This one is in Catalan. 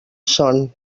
son